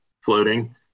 floating